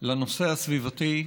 לנושא הסביבתי,